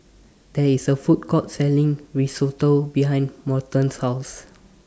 There IS A Food Court Selling Risotto behind Morton's House